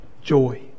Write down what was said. joy